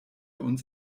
uns